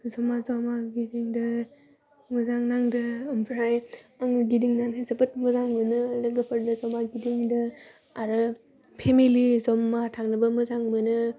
जमा जमा गिदिंदो मोजां नांदो ओमफ्राय आङो गिदिंनानै जोबोद मोजां मोनो लोगोफोरजों जमा गिदिंदो आरो फेमेलि जमा थाङोबा मोजां मोनो